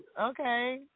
Okay